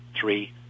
three